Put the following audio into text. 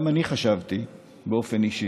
גם אני חשבתי באופן אישי,